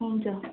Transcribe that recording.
हुन्छ